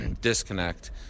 disconnect